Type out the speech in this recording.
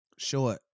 Short